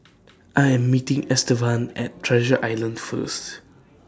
I Am meeting Estevan At Treasure Island First